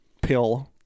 pill